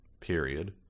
period